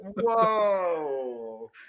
whoa